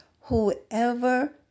Whoever